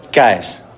Guys